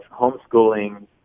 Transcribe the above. homeschooling